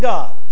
God